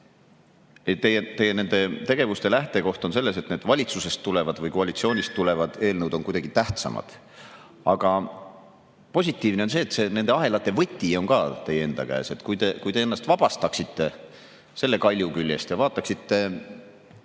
kus teie tegevuste lähtekoht on selline, et need valitsusest või koalitsioonist tulevad eelnõud on kuidagi tähtsamad. Aga positiivne on see, et nende ahelate võti on ka teie enda käes. Kui te ennast vabastaksite selle kalju küljest ja vaataksite